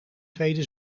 tweede